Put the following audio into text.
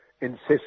insists